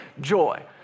joy